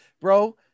bro